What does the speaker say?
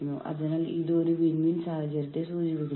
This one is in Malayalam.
എന്തിനാണ് ഒരാൾ മറ്റൊരു സംഘടനയിൽ ചേരുന്നത്